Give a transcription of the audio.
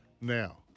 Now